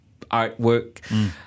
artwork